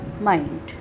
mind